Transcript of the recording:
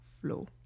flow